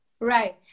Right